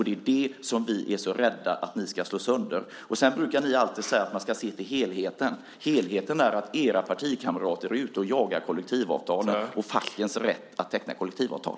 Det är det som vi är så rädda för att ni ska slå sönder. Ni brukar alltid säga att man ska se till helheten. Helheten är att era partikamrater är ute och jagar kollektivavtalen och fackens rätt att teckna kollektivavtal.